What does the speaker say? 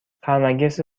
خرمگسی